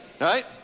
Right